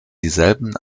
dieselben